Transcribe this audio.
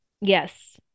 Yes